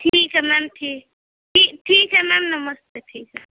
ठीक है मैम ठी ठीक ठीक है मैम नमस्ते ठीक है